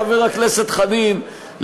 חבר הכנסת חנין,